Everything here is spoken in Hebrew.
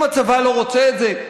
אם הצבא לא רוצה את זה,